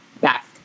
back